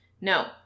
No